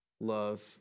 Love